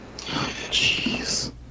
Jeez